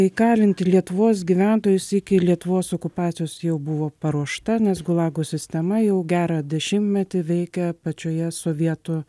įkalinti lietuvos gyventojus iki lietuvos okupacijos jau buvo paruošta nes gulago sistema jau gerą dešimtmetį veikė pačioje sovietų